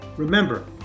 Remember